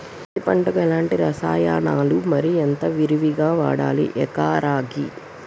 పత్తి పంటకు ఎలాంటి రసాయనాలు మరి ఎంత విరివిగా వాడాలి ఎకరాకి?